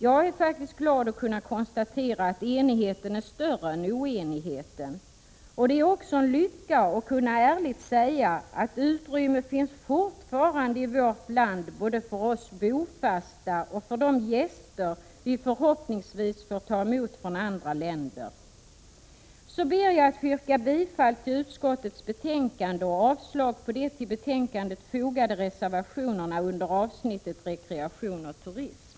Jag är glad att kunna konstatera att enigheten är större än oenigheten. Det är också en lycka att kunna ärligt säga att utrymme fortfarande finns i vårt land både för oss bofasta och för de gäster vi förhoppningsvis får ta emot från andra länder. Jag ber att få yrka bifall till utskottets hemställan och avslag på de till betänkandet fogade reservationerna under avsnittet Stöd till turism och rekreation.